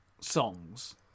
songs